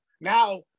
now